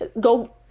go